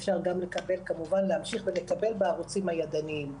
אפשר גם לקבל כמובן בערוצים הידניים.